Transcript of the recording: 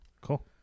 Cool